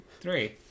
Three